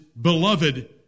beloved